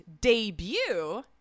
debut